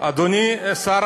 אדוני השר